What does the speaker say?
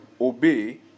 obey